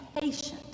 patient